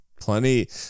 plenty